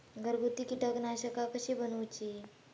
घरगुती कीटकनाशका कशी बनवूची?